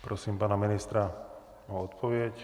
Prosím pana ministra o odpověď.